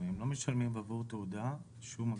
הם לא משלמים עבור תעודה שום אגרה.